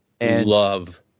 love